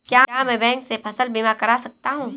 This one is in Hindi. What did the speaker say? क्या मैं बैंक से फसल बीमा करा सकता हूँ?